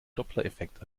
dopplereffekt